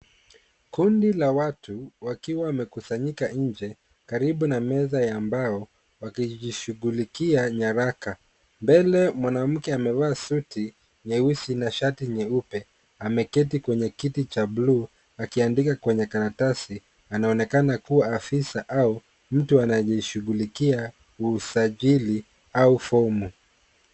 Kundi la watu wakiwa wamekusanyika nje karibu na meza ya mbao wakishughulikia nyaraka. Mbele mwanamke amevaa suti nyeusi na shati nyeupe. Ameketi kwenye kiti cha bluu akiandika kwenye karatasi anaonekana kuwa afisa au mtu anayeshughulikia usajili au fomu.